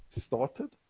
started